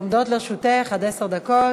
עומדות לרשותך עד עשר דקות.